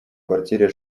квартире